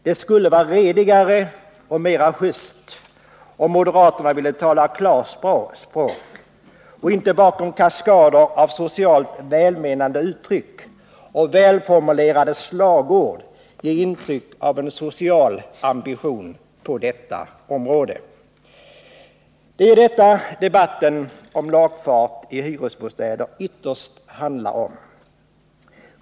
Det skulle vara redigare och mera just om moderaterna ville tala klarspråk och inte bakom kaskader av socialt välmenande uttryck och välformulerade slagord ge intryck av en social ambition på detta område. Det är detta som debatten om lagfart i hyresbostäder ytterst handlar om.